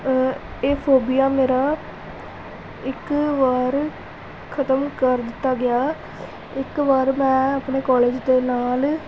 ਇਹ ਫੋਬੀਆ ਮੇਰਾ ਇੱਕ ਵਾਰ ਖਤਮ ਕਰ ਦਿੱਤਾ ਗਿਆ ਇੱਕ ਵਾਰ ਮੈਂ ਆਪਣੇ ਕੋਲਜ ਦੇ ਨਾਲ